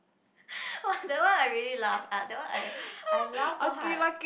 !wah! that one I really laugh ah that one I I laugh so hard